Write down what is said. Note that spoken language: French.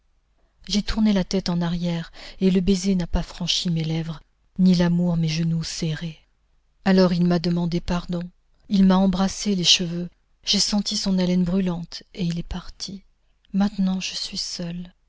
j'ai tourné la tête en arrière et le baiser n'a pas franchi mes lèvres ni l'amour mes genoux serrés alors il m'a demandé pardon il m'a embrassé les cheveux j'ai senti son haleine brûlante et il est parti maintenant je suis seule